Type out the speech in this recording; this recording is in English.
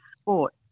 sport